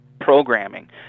programming